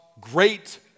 great